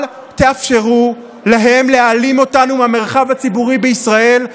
אל תאפשרו להם להעלים אותנו מהמרחב הציבורי בישראל.